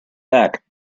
back